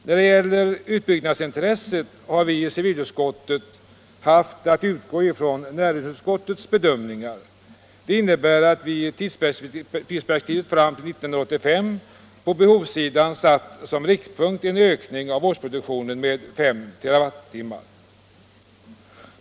När det gäller utbyggnadsintresset har vi i civilutskottet haft att utgå från näringsutskottets bedömningar. Det innebär att vi i tidsperspektivet fram till 1985 på behovssidan satt som riktpunkt en ökning av årsproduktionen med 5 TWh.